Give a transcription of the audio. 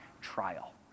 trial